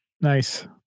Nice